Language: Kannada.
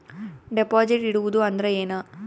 ಡೆಪಾಜಿಟ್ ಇಡುವುದು ಅಂದ್ರ ಏನ?